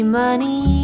money